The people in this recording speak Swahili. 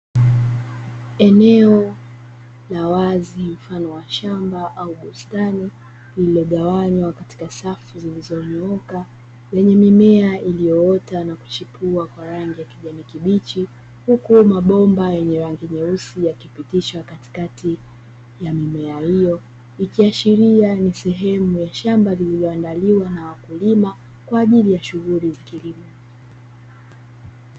Eneo la wazi mfano wa shamba au bustani, lililogawanywa katika safu zilizoliuka yenye mimea ilioota na kuchipua kwa rangi ya kijani kibichi, huku mabomba yenye rangi nyeusi yakipitishwa katikati ya mimea hiyo, ikiashilia ni sehemu ya shamba lililoandaliwa na wakulima kwajili ya shughuli za kilimo.